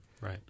right